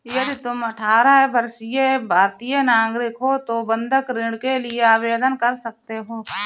यदि तुम अठारह वर्षीय भारतीय नागरिक हो तो बंधक ऋण के लिए आवेदन कर सकते हो